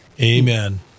Amen